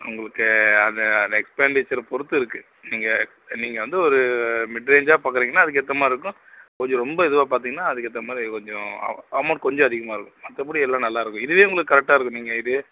உங்களுக்கு அது அந்த எக்ஸ்பெண்டிச்சர் பொறுத்து இருக்குது நீங்கள் நீங்கள் வந்து ஒரு மிட் ரேஞ்சாக பார்க்குறீங்கன்னா அதுக்கு ஏற்ற மாதிரி இருக்கும் கொஞ்சம் ரொம்ப இதுவாக பார்த்தீங்கன்னா அதுக்கு ஏற்ற மாதிரி கொஞ்சம் அமௌண்ட் கொஞ்சம் அதிகமாக இருக்கும் மற்றப்படி எல்லாம் நல்லா இருக்கும் இதுவே உங்களுக்கு கரெக்டாக இருக்கும் நீங்கள் இதுவே